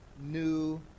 new